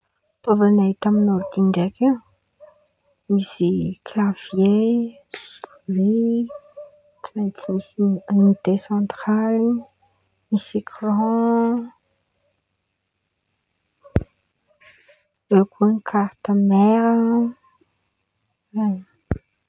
Fitaovan̈a hita amy ôrdy ndraiky. Misy klavie, sory, tsy maintsy misy ionite santraly, misy ekran, eo koa karity maira.